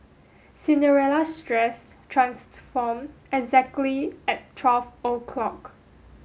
Cinderella's dress transformed exactly at twelve o'clock